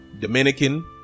dominican